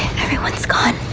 everyone's gone.